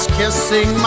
kissing